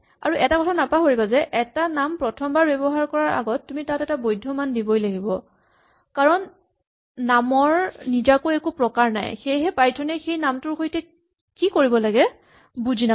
আৰু এটা কথা নাপাহৰিবা যে এটা নাম প্ৰথমবাৰ ব্যৱহাৰ কৰাৰ আগত তুমি তাত এটা বৈধ্য মান দিবই লাগিব কাৰণ নামৰ নিজাকৈ একো প্ৰকাৰ নাই সেয়ে পাইথন এ সেই নামটোৰ সৈতে কি কৰিব লাগে বুজি নাপাব